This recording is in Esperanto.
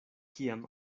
kiam